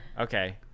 Okay